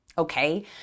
Okay